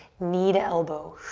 knee to elbow.